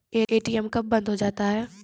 ATM कब बंद हो जाता हैं?